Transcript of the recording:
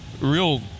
real